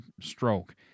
stroke